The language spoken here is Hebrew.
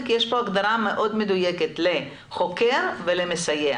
כי יש כאן הגדרה מאוד מדויקת לחוקר ולמסייע.